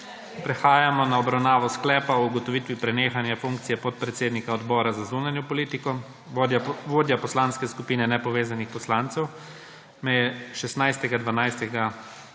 Prehajamo na obravnavo Sklepa o ugotovitvi prenehanja funkcije podpredsednika Odbora za zunanjo politiko. Vodja Poslanske skupine nepovezanih poslancev me je 16. 12.